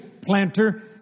planter